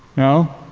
no?